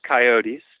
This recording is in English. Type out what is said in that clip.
coyotes